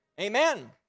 Amen